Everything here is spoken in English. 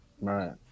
Right